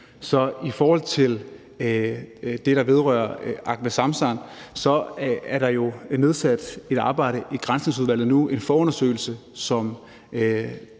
vil jeg om det, der vedrører Ahmed Samsam, sige, at der jo er nedsat et arbejde i Granskningsudvalget nu – en forundersøgelse, som